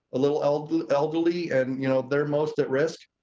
little elderly elderly and you know they're most-at risk.